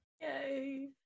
Yay